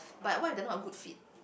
but what if they are not a good fit